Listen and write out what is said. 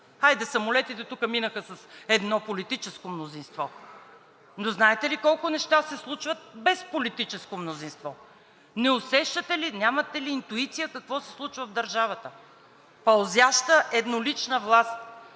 Хайде, самолетите тук минаха с едно политическо мнозинство, но знаете ли колко неща се случват без политическо мнозинство? Не усещате ли, нямате ли интуиция какво се случва в държавата? Пълзяща, еднолична власт.